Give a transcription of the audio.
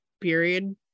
period